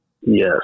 Yes